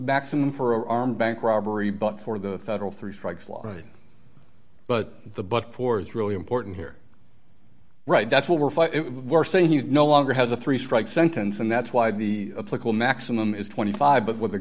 maximum for armed bank robbery but for the federal three strikes law right but the but for is really important here right that's what we're saying he's no longer has a three strikes sentence and that's why the local maximum is twenty five but what the